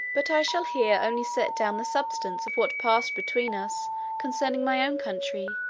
but i shall here only set down the substance of what passed between us concerning my own country,